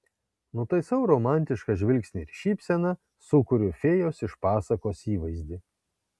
nutaisau romantišką žvilgsnį ir šypseną sukuriu fėjos iš pasakos įvaizdį